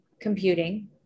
computing